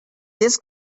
this